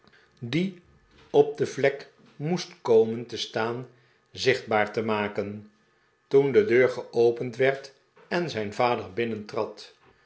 die op de vlek moest komen te staan zichtbaar te maken toen de deur geopend werd en zijn vader